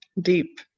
deep